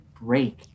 break